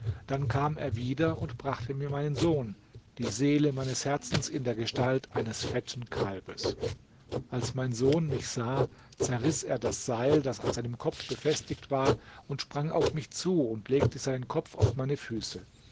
dann kam er wieder und brachte mir meinen sohn die seele meines herzens in der gestalt eines fetten kalbes als mein sohn mich sah zerriß er das seil das an seinem kopf befestigt war sprang auf mich zu und legte seinen kopf auf meine füße